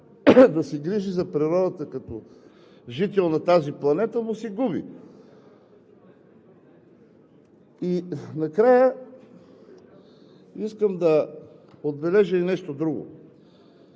да се грижи за природата като жител на тази планета му се губи. Накрая искам да отбележа и нещо друго.